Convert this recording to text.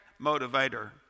motivator